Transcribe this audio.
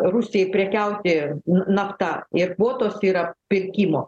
rusijai prekiauti nafta ir kvotos yra pirkimo